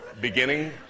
beginning